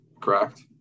Correct